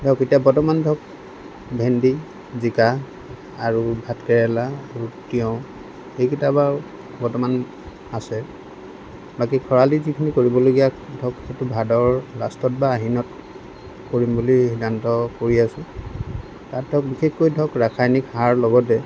ধৰক এতিয়া বৰ্তমান ধৰক ভেন্দি জিকা আৰু ভাতকেৰেলা তিঁয়হ এইকেইটা বাৰু বৰ্তমান আছে বাকী খৰালি যিখিনি কৰিবলগীয়া ধৰক সেইটো ভাদৰ লাষ্টত বা আহিনত কৰিম বুলি সিদ্ধান্ত কৰি আছোঁ তাতো বিশেষকৈ ধৰক ৰাসায়নিক সাৰ লগতে